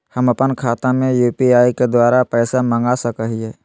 हम अपन खाता में यू.पी.आई के द्वारा पैसा मांग सकई हई?